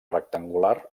rectangular